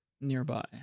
nearby